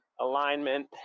alignment